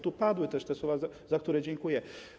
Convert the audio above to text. Tu padły też te słowa, za które dziękuję.